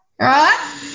right